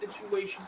situation